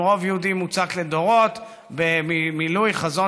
עם רוב יהודי מוצק לדורות ומילוי חזון